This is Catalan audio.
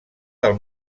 del